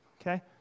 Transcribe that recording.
okay